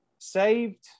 saved